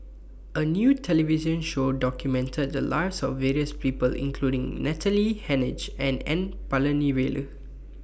A New television Show documented The Lives of various People including Natalie Hennedige and N Palanivelu